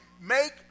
make